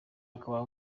akaba